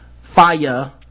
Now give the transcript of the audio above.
fire